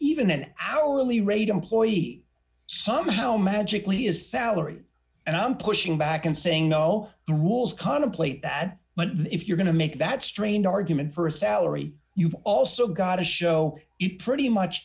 even an hourly rate employee somehow magically is salary and i'm pushing back and saying no rules contemplate that but if you're going to make that strange argument for a salary you've also got to show it pretty much